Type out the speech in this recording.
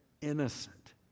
innocent